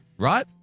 right